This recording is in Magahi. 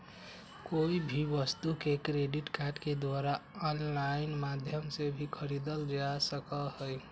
कोई भी वस्तु के क्रेडिट कार्ड के द्वारा आन्लाइन माध्यम से भी खरीदल जा सका हई